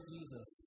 Jesus